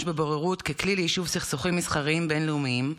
בבוררות ככלי ליישוב סכסוכים מסחריים בין-לאומיים.